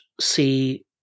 see